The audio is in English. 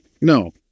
No